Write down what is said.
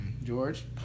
George